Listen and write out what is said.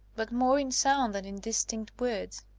but more in sound than in distinct words